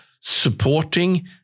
supporting